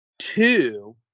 Two